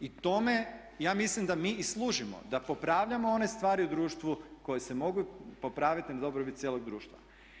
I k tome ja mislim da mi i služimo da popravljamo one stvari u društvu koje se mogu popraviti na dobrobit cijelog društva.